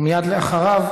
ומייד אחריו,